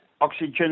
oxygen